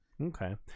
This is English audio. okay